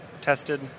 tested